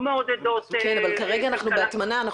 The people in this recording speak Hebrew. כרגע אנחנו בהטמנה.